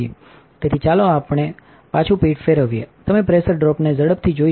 તેથી ચાલો આપણે theંચું પીઠ ફેરવીએ તમે પ્રેશર ડ્રોપને ઝડપથી જોઈ શકો છો